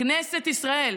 כנסת ישראל,